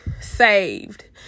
saved